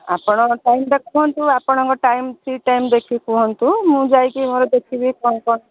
ଆପଣଙ୍କ ଟାଇମ୍ଟା କୁହନ୍ତୁ ଆପଣଙ୍କ ଟାଇମ୍ ଫ୍ରି ଟାଇମ୍ ଦେଖିକି କୁହନ୍ତୁ ମୁଁ ଯାଇକି ମୋର ଦେଖିବି କ'ଣ କ'ଣ